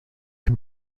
can